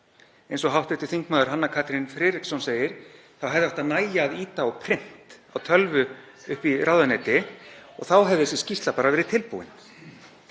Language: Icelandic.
Eins og hv. þm. Hanna Katrín Friðriksson segir þá hefði átt að nægja að ýta á „print“ á tölvu uppi í ráðuneyti og þá hefði þessi skýrsla bara verið tilbúin.